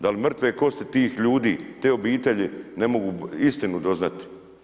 Da li mrtve kosti tih ljudi, te obitelji ne mogu istinu doznati?